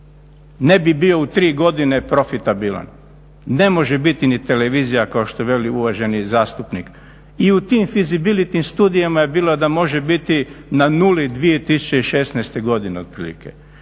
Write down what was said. ne bi bio u tri godine profitabilan. Ne može biti ni televizija kao što veli uvaženi zastupnik. I u tim fisibility studijama je bilo da može biti na nuli 2016. godine otprilike.